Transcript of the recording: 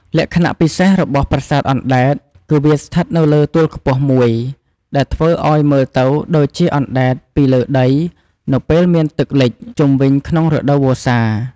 លក្ខណៈពិសេសរបស់ប្រាសាទអណ្ដែតគឺវាស្ថិតនៅលើទួលខ្ពស់មួយដែលធ្វើឲ្យមើលទៅដូចជាអណ្ដែតពីលើដីនៅពេលមានទឹកលិចជុំវិញក្នុងរដូវវស្សា។